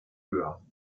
höher